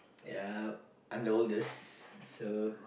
ya I'm the oldest so